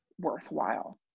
worthwhile